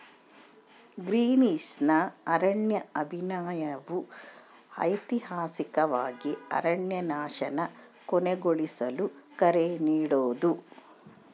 ಗ್ರೀನ್ಪೀಸ್ನ ಅರಣ್ಯ ಅಭಿಯಾನವು ಐತಿಹಾಸಿಕವಾಗಿ ಅರಣ್ಯನಾಶನ ಕೊನೆಗೊಳಿಸಲು ಕರೆ ನೀಡೋದು